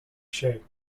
shay